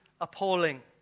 appalling